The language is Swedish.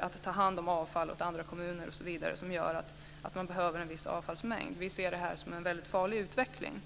att ta hand om avfall åt andra kommuner, vilket gör att man behöver en viss avfallsmängd. Vi ser det här som en väldigt farlig utveckling.